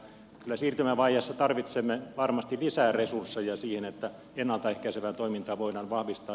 kyllä siirtymävaiheessa tarvitsemme varmasti lisää resursseja siihen että ennalta ehkäisevää toimintaa voidaan vahvistaa